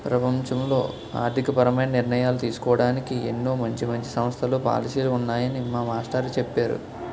ప్రపంచంలో ఆర్థికపరమైన నిర్ణయాలు తీసుకోడానికి ఎన్నో మంచి మంచి సంస్థలు, పాలసీలు ఉన్నాయని మా మాస్టారు చెప్పేరు